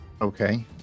Okay